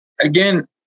again